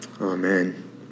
Amen